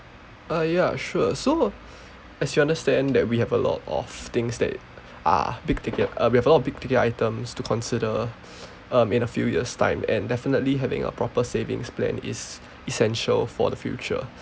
uh ya sure so as you understand that we have a lot of things that are big ticket uh we have a lot of big ticket items to consider um in a few years time and definitely having a proper savings plan is essential for the future